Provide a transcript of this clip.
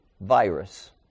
virus